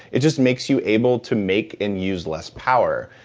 it just makes you able to make and use less power,